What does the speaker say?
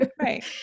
Right